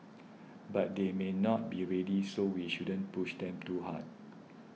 but they may not be ready so we shouldn't push them too hard